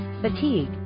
fatigue